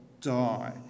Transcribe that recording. die